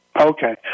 Okay